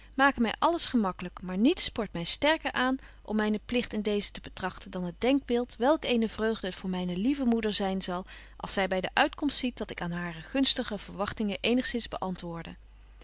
my alles gemaklyk maar niets spoort my sterker aan om betje wolff en aagje deken historie van mejuffrouw sara burgerhart mynen pligt in deezen te betrachten dan het denkbeeld welk eene vreugde het voor myne lieve moeder zyn zal als zy by de uitkomst ziet dat ik aan hare gunstige verwagtingen eenigzins beäntwoorde